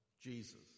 Jesus